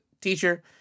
teacher